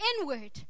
inward